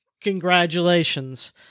Congratulations